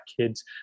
kids